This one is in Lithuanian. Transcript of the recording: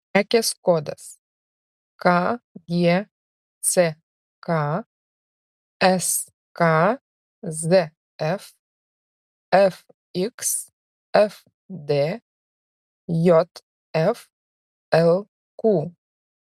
prekės kodas kgck skzf fxfd jflq